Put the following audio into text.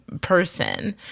person